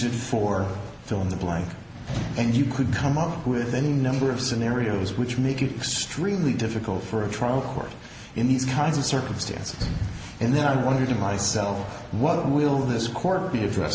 it for fill in the blank and you could come up with any number of scenarios which make it extremely difficult for a trial court in these kinds of circumstances and then i wonder to myself what will this court be address